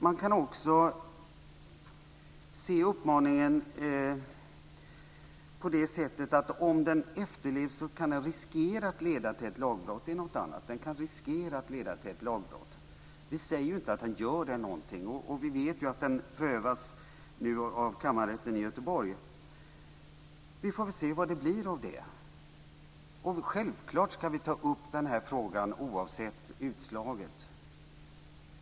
Man kan också se uppmaningen på det sättet att den, om den efterlevs, kan riskera att leda till ett lagbrott. Det är något annat. Den kan riskera att leda till ett lagbrott. Vi säger ju inte att den gör det, och vi vet ju att det här nu prövas av Kammarrätten i Göteborg. Vi får väl se vad det blir av det. Självklart ska vi ta upp den här frågan oavsett utslaget.